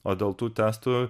o dėl tų testų